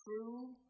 true